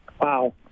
wow